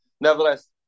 Nevertheless